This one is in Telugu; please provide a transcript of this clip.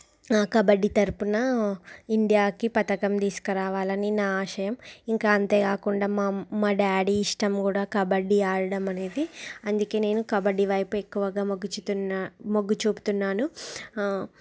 కబడ్డీ తరుపున ఇండియాకి పథకం తీసుకురావాలి అని నా ఆశయం ఇంకా అంతే కాకుండా మా మా డాడీ ఇష్టం కూడా కబడ్డీ ఆడడం అనేది అందుకే నేను కబడ్డీ వైపు ఎక్కువగా మగ్గుచూతున్న మగ్గుచూపుతున్నాను